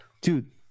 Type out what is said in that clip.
dude